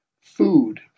Food